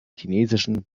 chinesischen